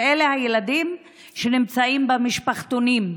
ואלה הילדים שנמצאים במשפחתונים.